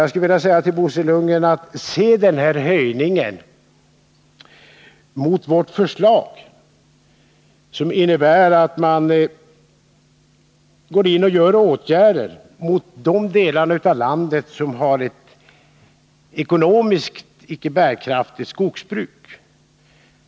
Jag skulle vilja säga till Bo Lundgren: Se höjningen mot bakgrund av vårt förslag, som innebär att man går in och vidtar åtgärder i de delar av landet som har ett ekonomiskt icke bärkraftigt skogsbruk!